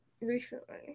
Recently